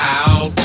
out